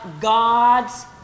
God's